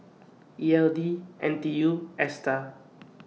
E L D N T U and ASTAR